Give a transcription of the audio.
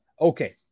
Okay